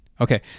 Okay